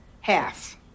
half